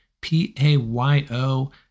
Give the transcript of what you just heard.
P-A-Y-O